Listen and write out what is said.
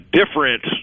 different